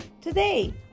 Today